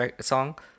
song